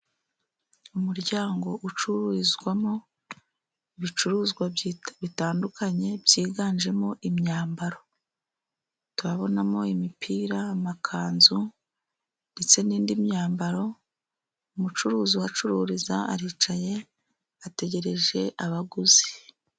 Umuryango ucururizwamo ,ibicuruzwa bitandukanye byiganjemo imyambaro. Tubonamo imipira ,amakanzu ndetse n'indi myambaro. Umucuruzi ahacururiza aricaye ategereje abaguzi.